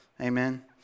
Amen